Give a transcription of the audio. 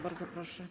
Bardzo proszę.